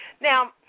Now